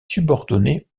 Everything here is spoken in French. subordonné